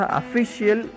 official